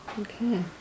Okay